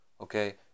okay